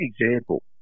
example